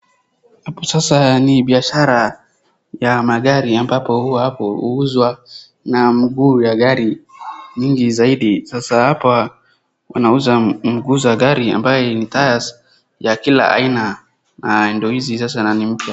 Hapo sasa ni biashara ya magari ambapo huwa hapo huuzwa na mguu ya gari nyingi zaidi. Sasa hapa wanauza mguu za gari ambaye ni tyres ya kila aina na ndo hizi sasa na ni mpya.